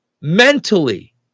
mentally